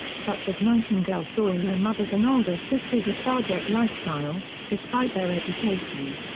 such as nightingale saw in her mother's and older sister's lethargic lifestyle, despite their education.